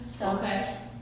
Okay